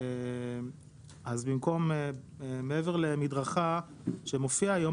במקום "מעבר למדרכה" שמופיע היום,